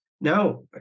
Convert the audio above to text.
Now